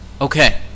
Okay